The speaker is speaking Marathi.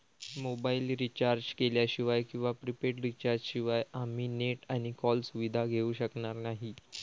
मोबाईल रिचार्ज केल्याशिवाय किंवा प्रीपेड रिचार्ज शिवाय आम्ही नेट आणि कॉल सुविधा घेऊ शकणार नाही